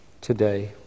today